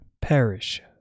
perish